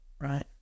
right